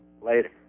Later